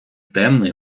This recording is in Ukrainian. темний